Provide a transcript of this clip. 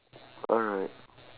alright